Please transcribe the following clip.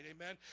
amen